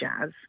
jazz